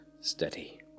steady